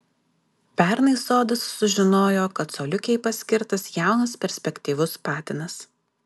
pernai sodas sužinojo kad coliukei paskirtas jaunas perspektyvus patinas